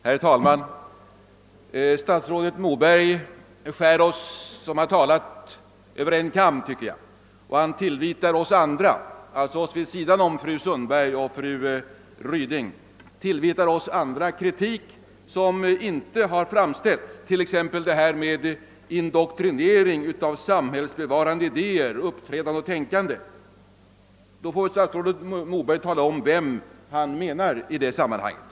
Herr talman! Statsrådet Moberg skär alla oss som uppträtt i denna debatt över en kam, när han polemiserar mot fru Ryding och fru Sundberg. Han tillvitar även oss andra kritik som vi inte framfört, t.ex. detta med indoktrinering av samhällsbevarande idéer, uppträdande och tänkande. Statsrådet Moberg bör ange vem han i detta sammanhang avser.